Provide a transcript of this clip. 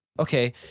Okay